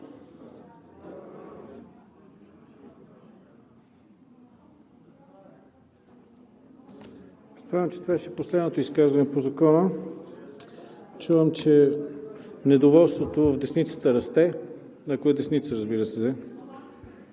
това ще е последното изказване по Закона. Чувам, че недоволството в десницата расте, ако е десница, разбира се.